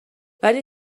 ولی